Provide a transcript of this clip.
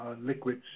liquids